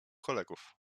kolegów